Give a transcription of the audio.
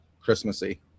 Christmassy